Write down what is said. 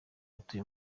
atuye